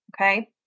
Okay